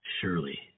Surely